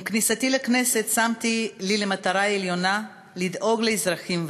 עם כניסתי לכנסת שמתי לי למטרה עליונה לדאוג לאזרחים הוותיקים.